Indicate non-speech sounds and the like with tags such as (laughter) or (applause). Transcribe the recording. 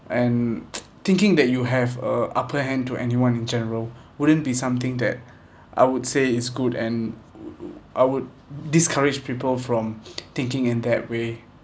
and (noise) thinking that you have a upper hand to anyone in general (breath) wouldn't be something that I would say is good and wou~ wou~ I would discourage people from (breath) thinking in that way